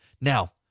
Now